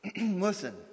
Listen